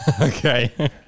Okay